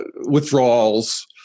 withdrawals